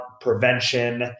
prevention